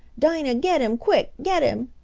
dinah, get him quick, get him!